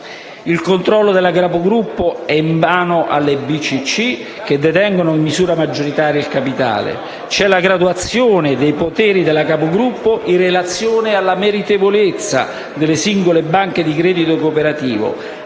Il controllo della capogruppo è in mano alle banche di credito cooperativo che detengono in misura maggioritaria il capitale. C'è la graduazione dei poteri della capogruppo in relazione alla meritevolezza delle singole banche di credito cooperativo,